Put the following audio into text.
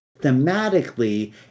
thematically